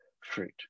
fruit